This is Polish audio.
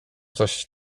coś